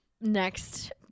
next